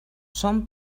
són